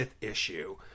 issue